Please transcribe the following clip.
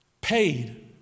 paid